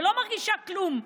ולא מרגישה כלום,